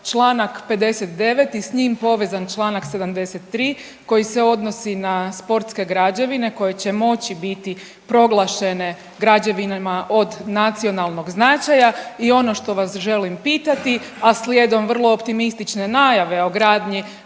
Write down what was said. čl. 59. s njim povezan čl. 73. koji se odnosi na sportske građevine koje će moći biti proglašene građevinama od nacionalnog značaja. I ono što vas želim pitati, a slijedom vrlo optimistične najave o gradnji